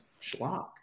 schlock